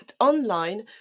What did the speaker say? online